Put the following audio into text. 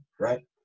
right